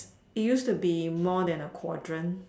it used to be more than a quadrant